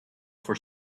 for